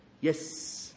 Yes